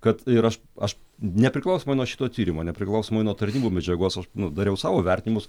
kad ir aš aš nepriklausomai nuo šito tyrimo nepriklausomai nuo tarnybų medžiagos nu aš dariau savo vertinimus